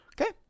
okay